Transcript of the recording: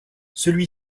celui